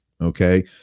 Okay